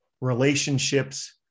relationships